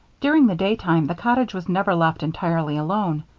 during the daytime, the cottage was never left entirely alone.